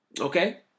Okay